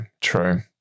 true